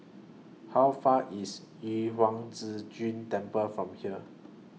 How Far away IS Yu Huang Zhi Zun Temple from here